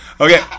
okay